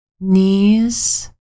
knees